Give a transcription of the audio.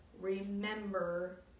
remember